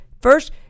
first